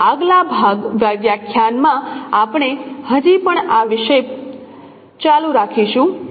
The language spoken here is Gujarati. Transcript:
આપણા આગલા વ્યાખ્યાનમાં આપણે હજી પણ આ વિષય ચાલુ રાખીશું